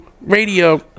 radio